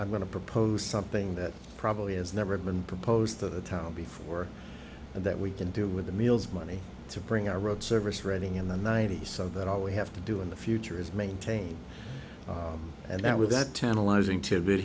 i'm going to propose something that probably has never been proposed to the town before and that we can do with the meals money to bring our road service reading in the ninety's so that all we have to do in the future is maintain and that with that tantalizing tidbit